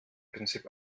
prinzip